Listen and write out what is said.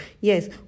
Yes